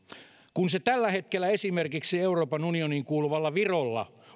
kun se tällä hetkellä esimerkiksi euroopan unioniin kuuluvalla virolla